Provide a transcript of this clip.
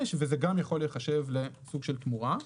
וזה גם יכול להיחשב לסוג של תמורה.